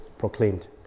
proclaimed